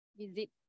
visit